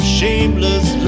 shameless